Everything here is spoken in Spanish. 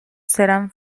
serán